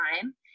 time